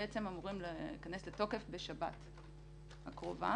אמורים להיכנס לתוקף בשבת הקרובה.